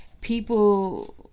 people